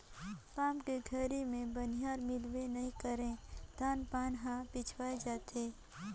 काम के घरी मे बनिहार मिलबे नइ करे धान पान हर पिछवाय जाथे